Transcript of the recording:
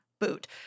boot